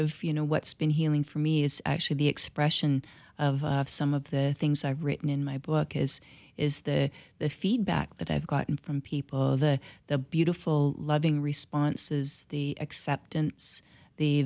of you know what's been healing for me is actually the expression of some of the things i've written in my book is is that the feedback that i've gotten from people all the the beautiful loving responses the acceptance the